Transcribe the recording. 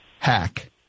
Hack